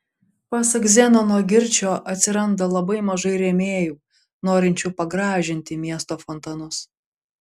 pasak zenono girčio atsiranda labai mažai rėmėjų norinčių pagražinti miesto fontanus